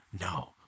no